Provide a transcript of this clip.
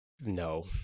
no